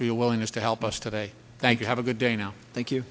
today willingness to help us today thank you have a good day now thank you